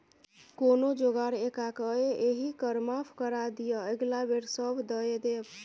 कोनो जोगार लगाकए एहि कर माफ करा दिअ अगिला बेर सभ दए देब